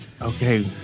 Okay